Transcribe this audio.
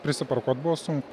prisipirkuot buvo sun